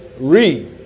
Read